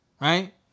right